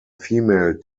female